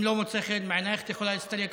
אם לא מוצא חן בעינייך, את יכולה להסתלק החוצה.